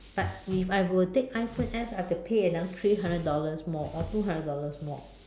but if I were to take iPhone X I would have to pay another three hundred dollars more or two hundred dollars more